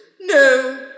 No